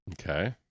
okay